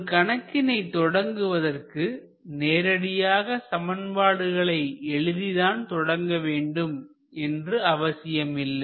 ஒரு கணக்கினை தொடங்குவதற்கு நேரடியாக சமன்பாடுகளை எழுதி தான் தொடங்க வேண்டும் என்று அவசியமில்லை